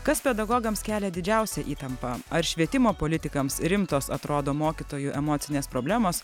kas pedagogams kelia didžiausią įtampą ar švietimo politikams rimtos atrodo mokytojų emocinės problemos